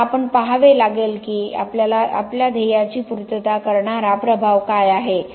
आता आपण पाहावे लागेल की आपल्या ध्येयाची पूर्तता करणारा प्रभाव काय आहे